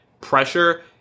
pressure